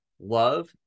love